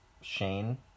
shane